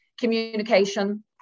Communication